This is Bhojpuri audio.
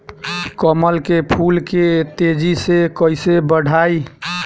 कमल के फूल के तेजी से कइसे बढ़ाई?